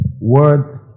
Word